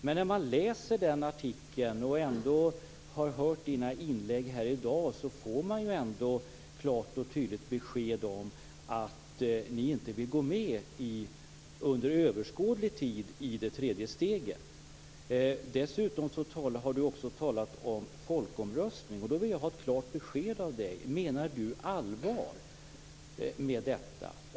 Men efter att ha läst artikeln och hört Mats Odells inlägg i dag, har man fått klart och tydligt besked om att ni under överskådlig tid inte vill gå med i det tredje steget. Dessutom har Mats Odell talat om folkomröstning. Jag vill ha ett klart besked från Mats Odell: Menar Mats Odell allvar med detta?